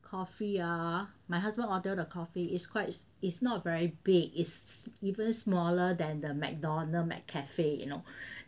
coffee ah my husband order the coffee is quite is not very big is even smaller than the Mcdonald McCafe you know